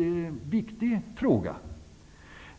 en viktig fråga.